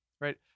right